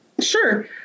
Sure